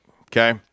okay